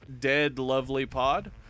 deadlovelypod